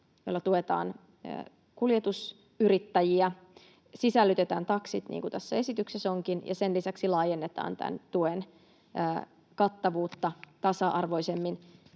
jolla tuetaan kuljetusyrittäjiä, sisällytetään taksit, niin kuin tässä esityksessä onkin, ja sen lisäksi laajennetaan tämän tuen kattavuutta tasa-arvoisemmin